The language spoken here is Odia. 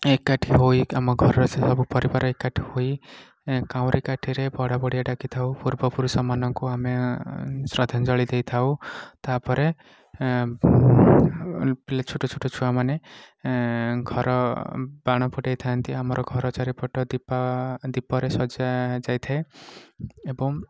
ଏକାଠି ହୋଇ କାମ କରୁ ସବୁ ପରିବାର ଏକାଠି ହୋଇ କାଉଁରୀ କାଠିରେ ବଡ଼ବଡ଼ିଆ ଡାକିଥାଉ ପୂର୍ବପୁରୁଷ ମାନଙ୍କୁ ଆମେ ଶ୍ରଦ୍ଧାଞ୍ଜଳି ଦେଇଥାଉ ତା'ପରେ ପିଲା ଛୋଟ ଛୋଟ ଛୁଆମାନେ ଘର ବାଣ ଫୁଟେଇଥାନ୍ତି ଆମର ଘର ଚାରିପଟେ ଦୀପ ଦୀପରେ ସଜା ଯାଇଥାଏ ଏବଂ